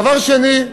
דבר שני,